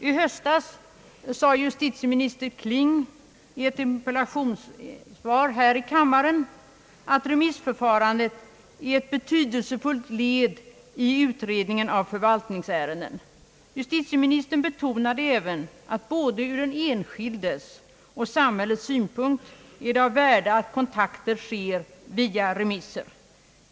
I höstas sade justitieminister Kling i ett interpellationssvar här i kammaren att remissförfarandet är ett betydelsefullt led i utredningen av förvaltningsärenden. Justitieministern betonade även att både ur den enskildes och ur samhällets synpunkt är det av värde att kontakter sker via remisser.